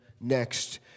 next